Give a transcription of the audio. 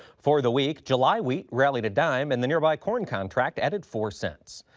for the week, july wheat rallied a dime and the nearby corn contract added four cents.